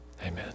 Amen